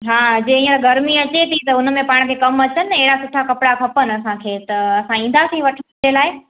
हा जे हींअर गर्मी अचे थी त हुनमें पाण खे कम अचनि न अहिड़ा सुठा कपिड़ा खपनि असांखे त असां ईंदासीं वठण जे लाइ